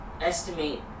estimate